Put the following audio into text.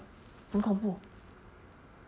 很恐怖